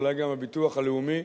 ואולי גם הביטוח הלאומי,